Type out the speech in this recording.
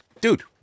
dude